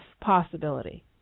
possibility